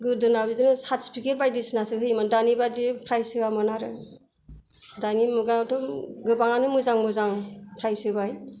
गोदोना बिदिनो सार्टिपिकेट बायदिसिनासो होयोमोन दानि बादि प्राइस होआमोन आरो दानि मुगायावथ' गोबाङानो मोजां मोजां प्राइस होबाय